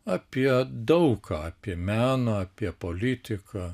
apie daug ką apie meną apie politiką